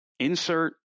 Insert